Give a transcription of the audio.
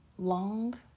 Long